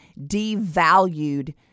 devalued